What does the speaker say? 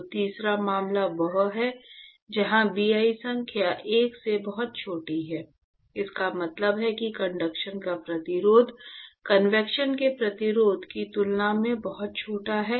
तो तीसरा मामला वह है जहां Bi संख्या 1 से बहुत छोटी है इसका मतलब है कि कंडक्शन का प्रतिरोध कन्वेक्शन के प्रतिरोध की तुलना में बहुत छोटा है